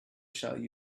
shall